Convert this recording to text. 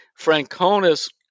Francona's